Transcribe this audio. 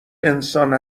انسان